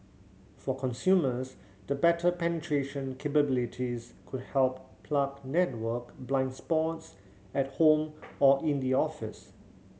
for consumers the better penetration capabilities could help plug network blind spots at home or in the office